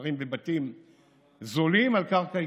והם גרים בבתים זולים על קרקע יקרה.